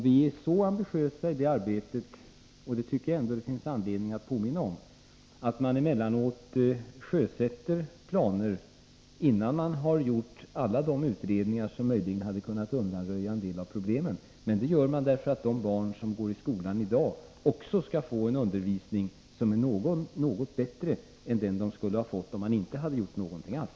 Vi är så ambitiösa i detta arbete — det tycker jag att det finns anledning att påminna om -— att man emellanåt sjösätter planer innan man har gjort alla de utredningar som möjligen hade kunnat undanröja en del av problemen. Men det gör man därför att också de barn som går i skolan i dag skall få en undervisning som är något bättre än den de skulle ha fått om man inte hade gjort någonting alls.